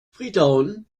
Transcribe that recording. freetown